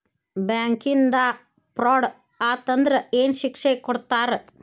ಬ್ಯಾಂಕಿಂದಾ ಫ್ರಾಡ್ ಅತಂದ್ರ ಏನ್ ಶಿಕ್ಷೆ ಕೊಡ್ತಾರ್?